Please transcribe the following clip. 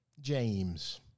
James